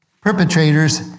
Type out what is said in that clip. perpetrators